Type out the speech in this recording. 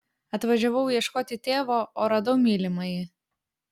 atvažiavau ieškoti tėvo o radau mylimąjį